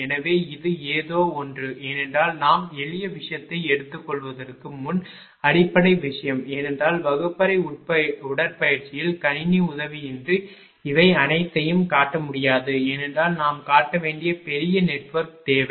எனவே இது ஏதோ ஒன்று ஏனென்றால் நாம் எளிய விஷயத்தை எடுத்துக்கொள்வதற்கு முன் அடிப்படை விஷயம் ஏனென்றால் வகுப்பறை உடற்பயிற்சியில் கணினி உதவியின்றி இவை அனைத்தையும் காட்ட முடியாது ஏனென்றால் நாம் காட்ட வேண்டிய பெரிய நெட்வொர்க் தேவை